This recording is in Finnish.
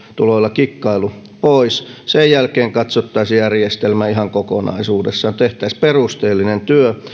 kikkailu pois sen jälkeen katsottaisiin järjestelmä ihan kokonaisuudessa tehtäisiin perusteellinen työ